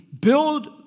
build